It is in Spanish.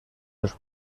los